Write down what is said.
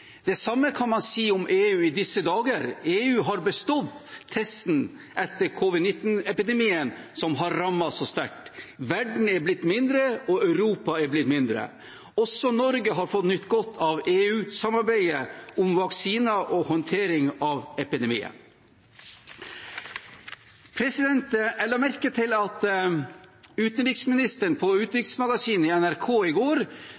Det samme kan man si om EU i disse dager. EU har bestått testen etter covid-19-epidemien, som har rammet så sterkt. Verden er blitt mindre, og Europa er blitt mindre. Også Norge har fått nyte godt av EU-samarbeidet om vaksiner og håndtering av epidemien. Jeg la merke til at utenriksministeren på Utenriksmagasinet på NRK i går